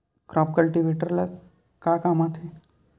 Crop cultivator ला कमा काम आथे?